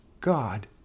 God